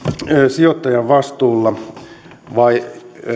sijoittajan vastuulla vai